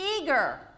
eager